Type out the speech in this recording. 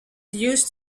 used